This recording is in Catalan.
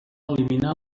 elimina